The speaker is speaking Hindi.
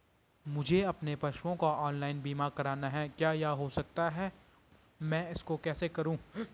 मुझे अपने पशुओं का ऑनलाइन बीमा करना है क्या यह हो सकता है मैं इसको कैसे करूँ?